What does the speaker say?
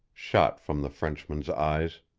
shot from the frenchman's eyes.